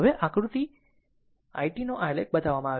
તેથી આ આકૃતિમાં i t નો આલેખ બતાવવામાં આવ્યો છે